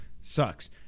sucks